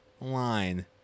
line